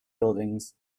buildings